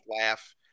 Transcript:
laugh